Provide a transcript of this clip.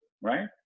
right